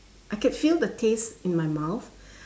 I can feel the taste in my mouth